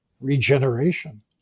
Regeneration